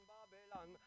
Babylon